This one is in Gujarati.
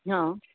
હંઅ